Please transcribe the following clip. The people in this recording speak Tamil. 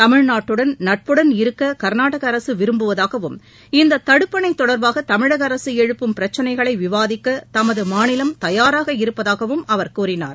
தமிழ்நாட்டுடன் நட்புடன் இருக்க கர்நாடக அரசு விரும்புவதாகவும் இந்த தடுப்பணை தொடர்பாக தமிழக அரசு எழுப்பும் பிரச்னைகளை விவாதிக்க தமது மாநிலம் தயாராக இருப்பதாகவும் அவர் கூறினார்